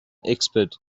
expert